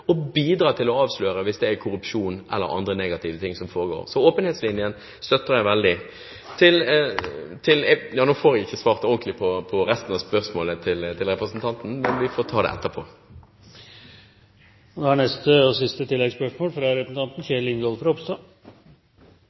å bidra til å avsløre om det er korrupsjon eller andre negative ting som foregår. Så åpenhetslinjen støtter jeg veldig. Vel, nå rekker jeg ikke å svare ordentlig på resten av spørsmålet til representanten, men vi får ta det etterpå. Kjell Ingolf Ropstad – til neste og siste